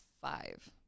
five